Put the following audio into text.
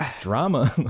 drama